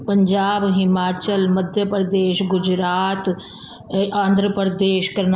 पंजाब हिमाचल मध्य प्रदेश गुजरात ऐं आंध्र प्रदेश कर्ना